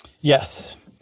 Yes